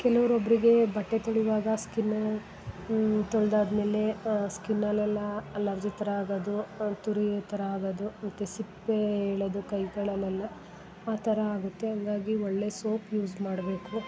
ಕೆಲವ್ರೊಬ್ಬರಿಗೆ ಬಟ್ಟೆ ತೊಳಿವಾಗ ಸ್ಕಿನ್ನು ತೊಳ್ದಾದ್ಮೇಲೆ ಸ್ಕಿನ್ನಲ್ಲಿ ಎಲ್ಲಾ ಅಲರ್ಜಿ ಥರ ಆಗೋದು ತುರಿ ಥರ ಆಗದು ಮತ್ತು ಸಿಪ್ಪೆ ಏಳದು ಕೈಗಳೆಲೆಲ್ಲ ಆ ಥರ ಆಗುತ್ತೆ ಹಂಗಾಗಿ ಒಳ್ಳೆಯ ಸೋಪ್ ಯೂಸ್ ಮಾಡಬೇಕು